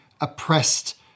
oppressed